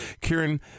Kieran